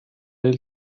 del